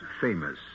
famous